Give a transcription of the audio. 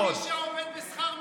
מה עם מי שעובד בשכר מינימום?